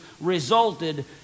resulted